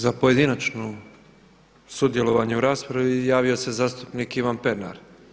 Za pojedinačno sudjelovanje u raspravi javio se zastupnik Ivan Pernar.